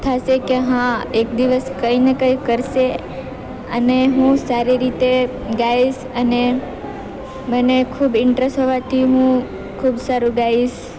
થશે કે હા એક દિવસ કંઈને કંઈ કરશે અને હું સારી રીતે ગાઈશ અને મને ખૂબ ઇન્ટરેસ્ટ હોવાથી હું ખૂબ સારું ગાઈશ